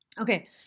Okay